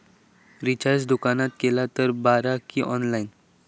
Recharge दुकानात केला तर बरा की ऑनलाइन?